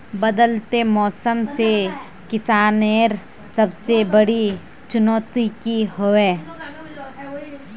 बदलते मौसम से किसानेर सबसे बड़ी चुनौती की होय?